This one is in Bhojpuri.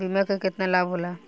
बीमा के केतना लाभ होला?